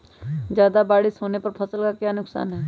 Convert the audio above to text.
ज्यादा बारिस होने पर फसल का क्या नुकसान है?